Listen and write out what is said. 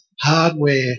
hardware